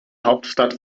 hauptstadt